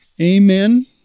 amen